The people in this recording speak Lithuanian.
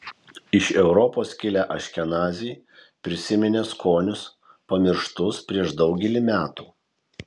iš europos kilę aškenaziai prisiminė skonius pamirštus prieš daugelį metų